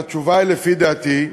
והתשובה, לפי דעתי,